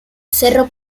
cerro